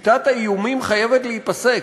שיטת האיומים חייבת להיפסק,